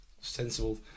sensible